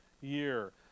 year